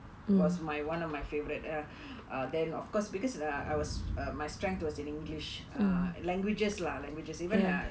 was my one of my favorite ah then of course because uh I was my strength was in english uh languages lah languages even